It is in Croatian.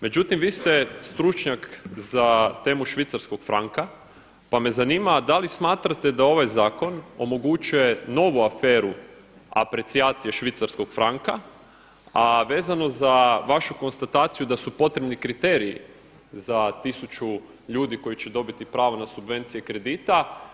Međutim, vi ste stručnjak za temu švicarskog franka, pa me zanima da li smatrate da ovaj zakon omogućuje novu aferu aprecijacije švicarskog franka, a vezano za vašu konstataciju da su potrebni kriteriji za 1000 ljudi koji će dobiti pravo na subvencije kredita.